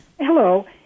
Hello